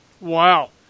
Wow